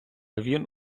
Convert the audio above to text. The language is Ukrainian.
він